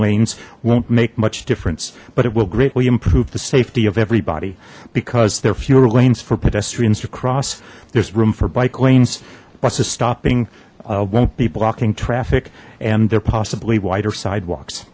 lanes won't make much difference but it will greatly improve the safety of everybody because there are fewer lanes for pedestrians to cross there's room for bike lanes buses stopping won't be blocking traffic and they're possibly wider sidewalks